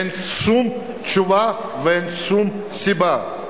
אין שום תשובה ואין שום סיבה.